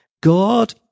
God